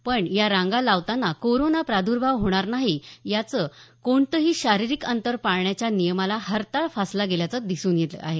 पण या रांगा लावताना कोरोना प्राद्भाव होणार नाही याचे कोणतेही शारीरिक अंतर पाळण्याच्या नियमाला हरताळ फासला गेल्याचं दिसून आलं